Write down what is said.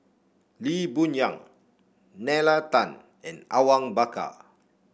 Lee Boon Yang Nalla Tan and Awang Bakar